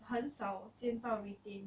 很少见到 retain